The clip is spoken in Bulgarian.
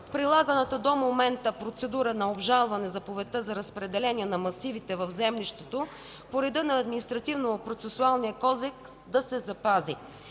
прилаганата до момента процедура на обжалване на заповедта за разпределение на масивите в землището по реда на Административнопроцесуалния кодекс да се запази.